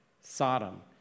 Sodom